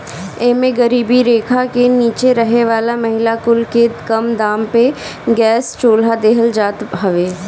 एमे गरीबी रेखा के नीचे रहे वाला महिला कुल के कम दाम पे गैस चुल्हा देहल जात हवे